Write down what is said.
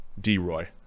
D-Roy